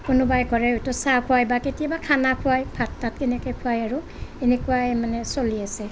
কোনোবাই এঘৰে হয়তো চাহ খুৱাই বা কেতিয়াবা খানা খুৱাই ভাত তাত এনেকে খুৱাই আৰু এনেকুৱায়েই মানে চলি আছে